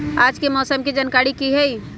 आज के मौसम के जानकारी कि हई?